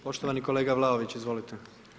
Poštovani kolega Vlaović, izvolite.